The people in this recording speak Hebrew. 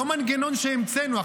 לא מנגנון שהמצאנו.